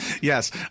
Yes